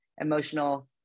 emotional